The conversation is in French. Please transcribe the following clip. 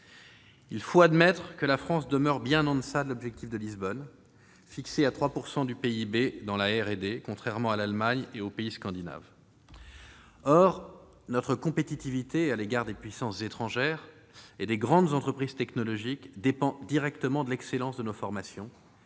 Il faut admettre que la France demeure bien en deçà de l'objectif de Lisbonne- 3 % du PIB investi dans la R&D -, contrairement à l'Allemagne et aux pays scandinaves. Or notre compétitivité par rapport aux puissances étrangères et aux grandes entreprises technologiques dépend directement de l'excellence de nos formations,